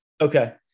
Okay